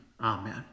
amen